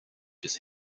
his